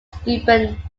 steuben